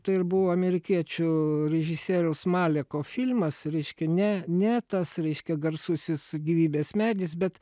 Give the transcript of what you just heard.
tai ir buvo amerikiečių režisieriaus maleko filmas reiškia ne ne tas reiškia garsusis gyvybės medis bet